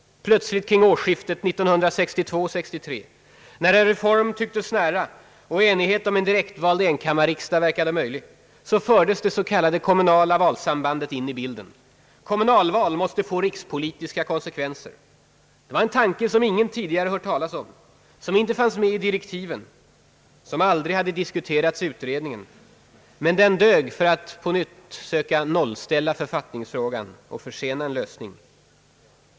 Plötsligt kring årsskiftet 1962—1963, när en reform tycktes nära och enighet om en direktvald enkammarriksdag tycktes möjlig, fördes det s.k. kommunala valsambandet in i bilden. Kommunalval måste få rikspolitiska konsekvenser. Det var en tanke som ingen tidigare hört talas om, som inte fanns med i direktiven, som aldrig hade diskuterats i utredningen — men den dög för att på nytt söka nollställa författningsfrågan och försena en lösning.